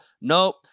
nope